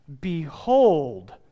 Behold